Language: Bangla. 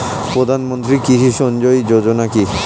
প্রধানমন্ত্রী কৃষি সিঞ্চয়ী যোজনা কি?